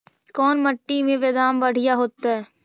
कोन मट्टी में बेदाम बढ़िया होतै?